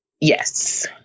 Yes